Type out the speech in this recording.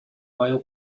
royal